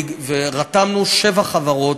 ורתמנו שבע חברות,